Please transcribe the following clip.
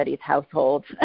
households